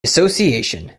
association